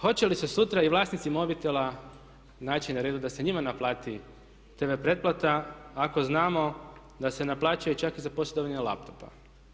Hoće li se sutra i vlasnici mobitela naći na redu da se i njima naplati tv pretplata ako znamo da se naplaćuje čak i za posjedovanje laptopa.